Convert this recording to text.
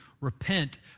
repent